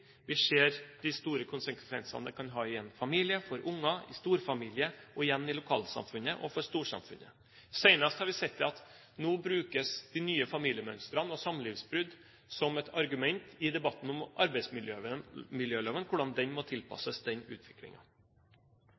konsekvensene det kan ha i en familie, for unger, i storfamilien og, igjen, i lokalsamfunnet og for storsamfunnet. I den senere tid har vi sett at nå brukes de nye familiemønstrene og samlivsbrudd som et argument i debatten om arbeidsmiljøloven – om hvordan den må tilpasses